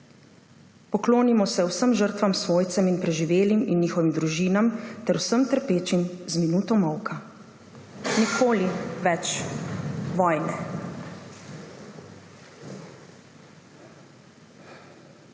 Poklonimo se vsem žrtvam, svojcem in preživelim in njihovim družinam ter vsem trpečim z minuto molka. Nikoli več vojne.